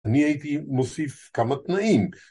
אני הייתי מוסיף כמה תנאים.